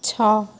ଛଅ